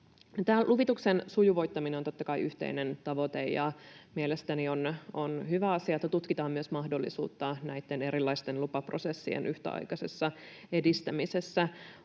luvituksen sujuvoittaminen on totta kai yhteinen tavoite, ja mielestäni on hyvä asia, että tutkitaan myös mahdollisuutta näitten erilaisten lupaprosessien yhtäaikaiseen edistämiseen.